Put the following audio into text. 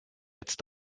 jetzt